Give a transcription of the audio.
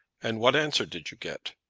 and what answer did you get?